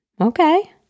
Okay